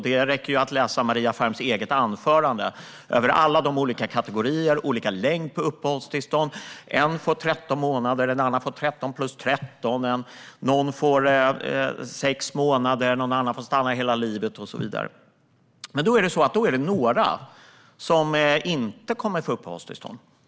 Det räcker att läsa Maria Ferms eget anförande över alla olika kategorier och olika längder på uppehållstillstånden - en får 13 månader, en annan får 13 plus 13, någon får 6 månader, någon annan får stanna hela livet och så vidare. Men det är några som inte kommer att få uppehållstillstånd.